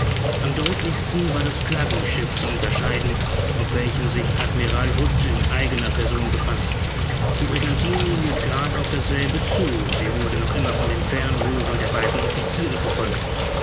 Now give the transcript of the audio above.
am deutlichsten war das flaggenschiff zu unterscheiden auf welchem sich admiral hood in eigener person befand die brigantine hielt grad auf dasselbe zu sie wurde noch immer von den fernrohren der beiden offiziere verfolgt